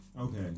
Okay